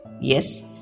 Yes